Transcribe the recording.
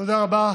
תודה רבה,